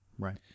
Right